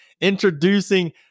Introducing